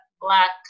black